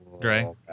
Dre